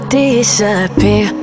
disappear